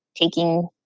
taking